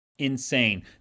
insane